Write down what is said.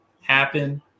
happen